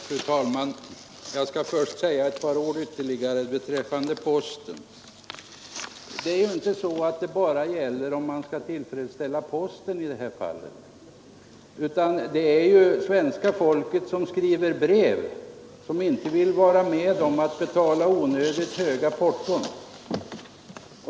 Fru talman! Jag skall först be att få säga några ord ytterligare om posten. Frågan gäller inte bara om man skall tillfredsställa posten i det här fallet, utan det är svenska folket som skriver brev som inte vill betala onödigt höga porton.